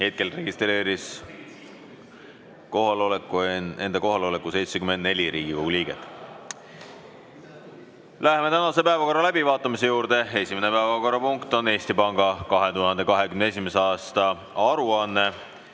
Hetkel registreeris enda kohaloleku 74 Riigikogu liiget. Läheme tänase päevakorra läbivaatamise juurde. Esimene päevakorrapunkt on Eesti Panga 2021. aasta aruanne,